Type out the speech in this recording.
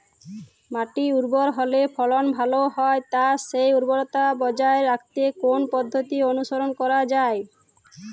মাটি উর্বর হলে ফলন ভালো হয় তাই সেই উর্বরতা বজায় রাখতে কোন পদ্ধতি অনুসরণ করা যায়?